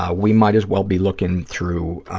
ah we might as well be looking through,